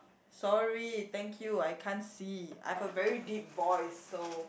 sorry thank you I can't see I have a very deep voice so